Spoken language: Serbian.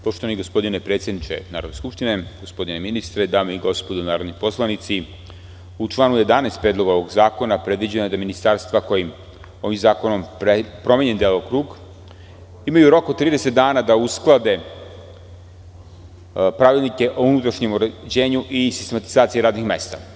Poštovani gospodine predsedniče Narodne skupštine, gospodine ministre, dame i gospodo narodni poslanici, u članu 11. predloga ovog zakona predviđeno je da ministarstva kojima je ovim zakonom promenjen delokrug imaju rok od 30 dana da usklade pravilnike o unutrašnjem uređenju i sistematizaciji radnih mesta.